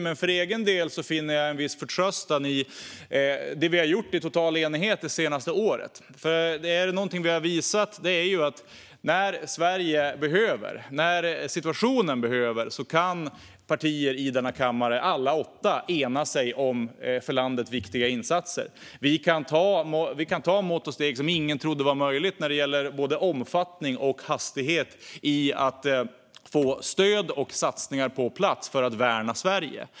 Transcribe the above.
Men för egen del finner jag en viss förtröstan i det vi har gjort i total enighet det senaste året. Är det någonting vi har visat är det ju att alla åtta partier i denna kammare kan enas om för landet viktiga insatser när Sverige behöver det och när situationen kräver det. Vi kan ta mått och steg med omfattning och hastighet som ingen trodde var möjliga i syfte att få på plats stöd och satsningar för att värna Sverige.